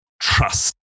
trust